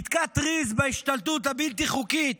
יתקע טריז בהשתלטות הבלתי-חוקית